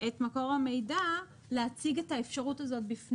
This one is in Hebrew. את מקור המידע להציג את האפשרות הזאת.